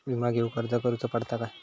विमा घेउक अर्ज करुचो पडता काय?